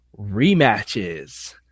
rematches